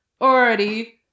already